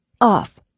off